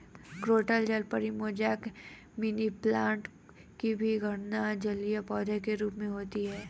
croton जलपरी, mosaic, money plant की भी गणना जलीय पौधे के रूप में होती है